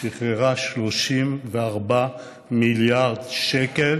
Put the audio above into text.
שחררה 34 מיליארד שקל,